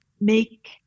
make